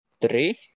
Three